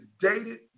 dated